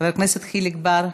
חבר הכנסת חיליק בר,